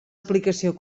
aplicació